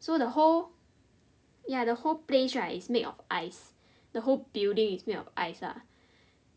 so the whole ya the whole place right is made of ice the whole building is made of ice ah